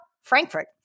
Frankfurt